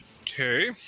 Okay